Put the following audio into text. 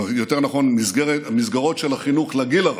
או יותר נכון, המסגרות של החינוך לגיל הרך,